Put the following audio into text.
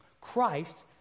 Christ